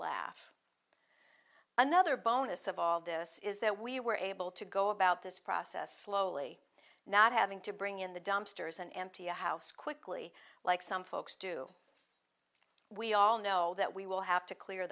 laugh another bonus of all this is that we were able to go about this process loli not having to bring in the dumpsters and empty house quickly like some folks do we all know that we will have to clear